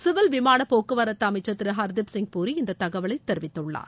civil விமான போக்குவர்தது அமைச்ச் திரு ஹர்தீப்சிய் பூரி இந்த தகவலை தெரிவித்துள்ளார்